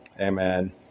Amen